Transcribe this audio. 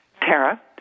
Tara